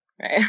Right